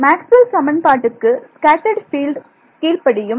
Maxwell சமன்பாட்டுக்கு scattered field கீழ்ப்படியும்